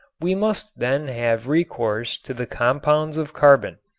we must then have recourse to the compounds of carbon.